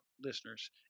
listeners